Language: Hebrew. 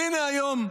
והינה היום,